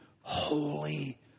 holy